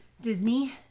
Disney